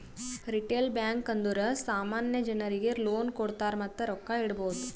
retail bank ಅಂದುರ್ ಸಾಮಾನ್ಯ ಜನರಿಗ್ ಲೋನ್ ಕೊಡ್ತಾರ್ ಮತ್ತ ರೊಕ್ಕಾ ಇಡ್ಬೋದ್